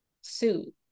suit